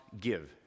give